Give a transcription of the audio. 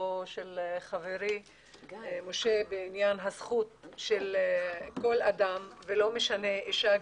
לליבו של חברי משה בעניין הזכות של כל אדם ולא משנה אישה,